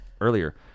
earlier